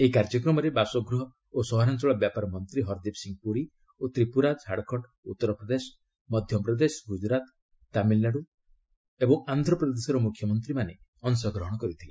ଏହି କାର୍ଯ୍ୟକ୍ରମରେ ବାସଗୃହ ଓ ସହରାଞ୍ଚଳ ବ୍ୟାପାର ମନ୍ତ୍ରୀ ହରଦୀପ୍ ସିଂହ ପୁରୀ ଓ ତ୍ରିପୁରା ଝାଡ଼ଖଣ୍ଡ ଉତ୍ତର ପ୍ରଦେଶ ମଧ୍ୟପ୍ରଦେଶ ଗୁଜୁରାତ୍ ତାମିଲ୍ନାଡୁ ଓ ଆନ୍ଧ୍ରପ୍ରଦେଶର ମୁଖ୍ୟମନ୍ତ୍ରୀମାନେ ଅଂଶଗ୍ରହଣ କରିଥିଲେ